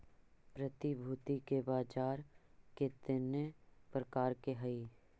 प्रतिभूति के बाजार केतने प्रकार के हइ?